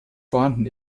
vorhanden